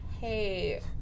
hey